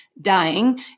dying